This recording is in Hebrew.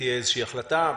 ותהיה איזושהי החלטה.